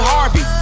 Harvey